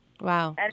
Wow